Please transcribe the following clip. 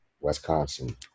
Wisconsin